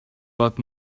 but